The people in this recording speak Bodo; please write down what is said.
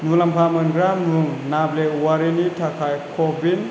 मुलामफा मोनग्रा मुं नाब्ले औवारिनि थाखाय कविन